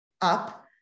up